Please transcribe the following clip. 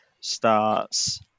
starts